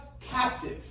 captive